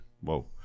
whoa